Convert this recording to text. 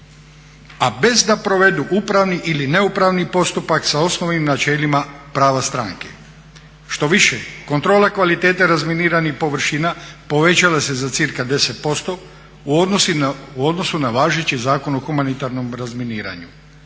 a bez da provedu upravni ili neupravni postupak sa osnovnim načelima prava stranke. Štoviše, kontrola kvalitete razminiranih površina povećala se za cca 10% u odnosu na važeći Zakon o humanitarnom razminiranju.